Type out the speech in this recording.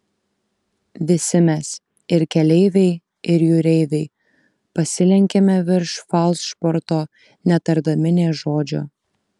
visi mes ir keleiviai ir jūreiviai pasilenkėme virš falšborto netardami nė žodžio